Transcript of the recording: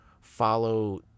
follow